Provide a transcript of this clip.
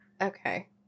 okay